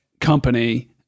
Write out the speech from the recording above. company